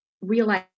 realize